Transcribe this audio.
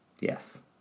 Yes